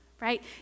right